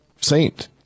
saint